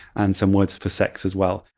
and some words for sex as well.